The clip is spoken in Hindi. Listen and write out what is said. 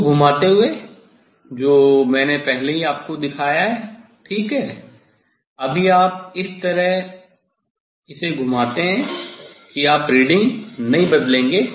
इसको घुमाते हुए जो मैंने पहले ही आपको दिखाया ठीक है अभी आप इसे इस तरह घुमाते हैं कि आप रीडिंग नहीं बदलेंगे